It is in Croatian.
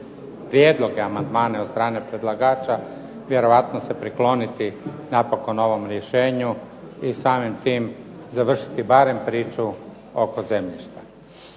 prijedloge amandmane od strane predlagača, vjerojatno se prikloniti vjerojatno ovom rješenju i samim tim završiti barem priču oko zemljišta.